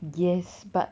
yes but